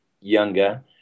younger